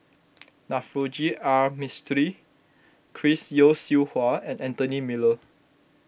Navroji R Mistri Chris Yeo Siew Hua and Anthony Miller